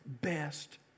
best